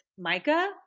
micah